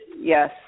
Yes